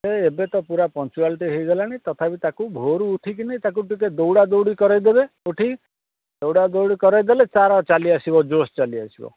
ଏ ଏବେ ତ ପୁରା ପଙ୍କଚୁଆଲିଟି ହେଇଗଲାଣି ତଥାପି ତାକୁ ଭୋରୁ ଉଠିକିନି ତାକୁ ଟିକିଏ ଦୌଡ଼ାଦୌଡ଼ି କରେଇ ଦେବେ ଉଠି ଦୌଡ଼ାଦୌଡ଼ି କରେଇ ଦେଲେ ତାର ଚାଲି ଆସିବ ଜୋସ୍ ଚାଲି ଆସିବ